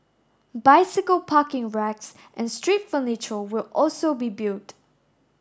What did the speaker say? bicycle parking racks and street furniture will also be built